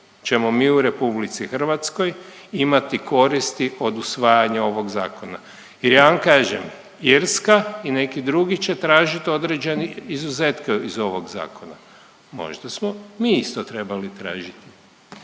ćemo mi u RH imati koristi od usvajanja ovog Zakona jer ja vam kažem Irska i neki drugi će tražiti određeni izuzetke iz ovog Zakona. Možda smo mi isto trebali tražiti.